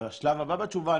בשלב הבא בתשובה,